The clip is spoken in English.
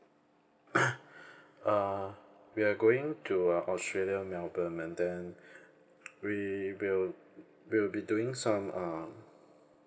uh we are going to uh australia melbourne and then we will we'll be doing some uh